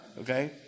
okay